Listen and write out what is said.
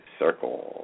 circle